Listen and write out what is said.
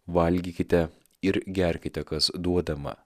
valgykite ir gerkite kas duodama